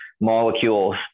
molecules